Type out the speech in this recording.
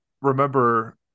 remember